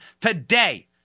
today